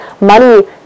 money